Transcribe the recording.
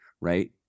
right